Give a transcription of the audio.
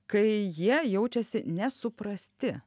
kai jie jaučiasi nesuprasti